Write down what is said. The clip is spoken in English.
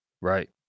right